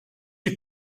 you